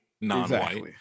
non-white